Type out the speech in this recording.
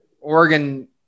Oregon